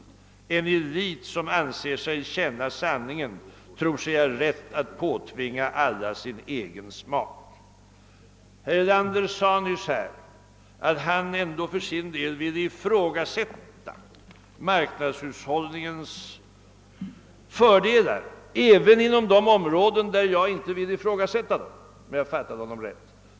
En elit, som anser sig känna sanningen, tror sig ha rätt att påtvinga alla sin egen smak.» Herr Erlander sade nyss att han ändå för sin del vill ifrågasätta marknadshushållningens fördelar även inom de områden där inte jag vill göra det, om jag nu fattade honom rätt.